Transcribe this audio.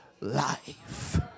life